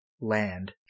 land